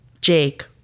Jake